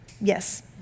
Yes